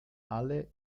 alle